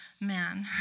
man